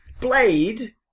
Blade